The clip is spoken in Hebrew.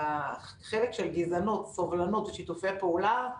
בחלק של גזענות, סובלנות ושיתופי פעולה,